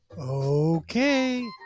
okay